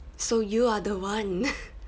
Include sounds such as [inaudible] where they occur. so you are the one [laughs]